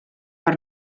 per